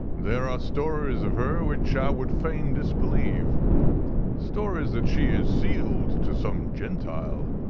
there are stories of her which i would fain disbelieveaeur stories that she is sealed to some gentile.